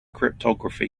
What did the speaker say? cryptography